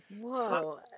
Whoa